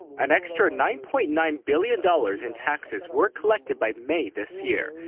an extra nine point nine billion dollars in taxes were collected by may this year.